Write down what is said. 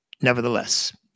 nevertheless